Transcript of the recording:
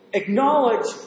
acknowledge